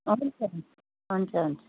हुन्छ हुन्छ हुन्छ हुन्छ